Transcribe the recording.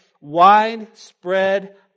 Widespread